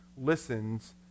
listens